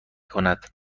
کند